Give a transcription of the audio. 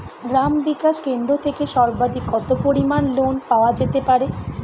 গ্রাম বিকাশ কেন্দ্র থেকে সর্বাধিক কত পরিমান লোন পাওয়া যেতে পারে?